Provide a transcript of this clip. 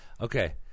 Okay